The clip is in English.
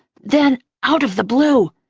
then out of the blue,